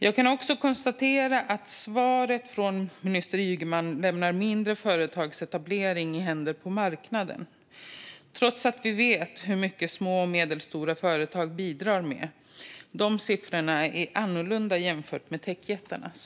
Jag kan också konstatera att svaret från minister Ygeman lämnar mindre företags etablering i händerna på marknaden, trots att vi vet hur mycket små och medelstora företag bidrar med. De siffrorna är annorlunda jämfört med techjättarnas.